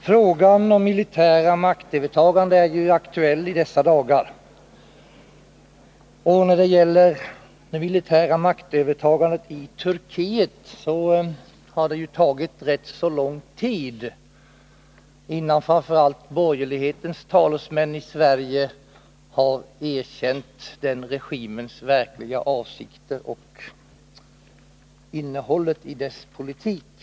Frågan om militärt maktövertagande är aktuell i dessa dagar, och när det gäller det militära maktövertagandet i Turkiet har det tagit rätt lång tid innan framför allt borgerlighetens talesmän i Sverige har erkänt den turkiska regimens verkliga avsikter och innehållet i dess politik.